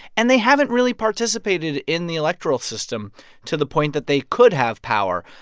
and they haven't really participated in the electoral system to the point that they could have power.